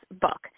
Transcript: book